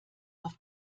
auf